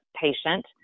patient